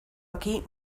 aquí